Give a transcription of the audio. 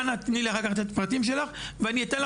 אנא נתי לי אחר כך את הפרטים שלך ואני אתן לך תשובה,